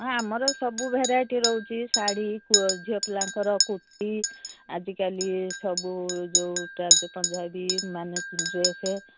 ହଁ ଆମର ସବୁ ଭେରାଇଟି ରହୁଛି ଶାଢ଼ୀ ଝିଅ ପିଲାଙ୍କର କୁର୍ତି ଆଜିକାଲି ସବୁ ଯୋଉ ପଞ୍ଜାବୀ ମାନେ ଡ୍ରେସ୍